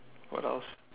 what else